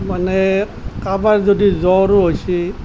মানে কাৰোবাৰ যদি জ্বৰো হৈছে